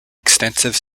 extensive